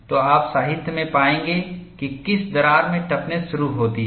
तो आप साहित्य में पाएंगे कि किस दरार में टफनेसशुरू होती है